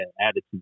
attitude